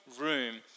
room